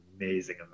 amazing